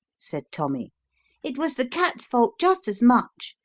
said tommy it was the cat's fault just as much.